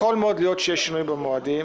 יכול מאוד להיות שיש שינוי במועדים